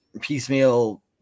piecemeal